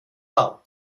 hull